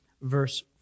verse